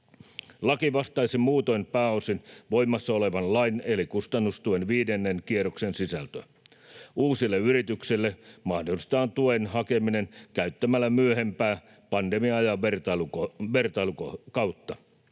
laki pääosin vastaisi voimassaolevan lain eli kustannustuen viidennen kierroksen sisältöä. Uusille yrityksille mahdollistetaan tuen hakeminen käyttämällä myöhempää, pandemian ajan vertailukautta.